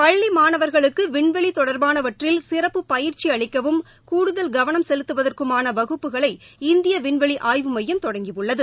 பள்ளி மாணவர்களுக்கு விண்வெளி தொடர்பானவற்றில் சிறப்பு பயிற்சி அளிக்கவும் கூடுதல் கவனம் செலுத்துவதற்குமான வகுப்புகளை இந்திய விண்வெளி ஆய்வு மையம் தொடங்கியுள்ளது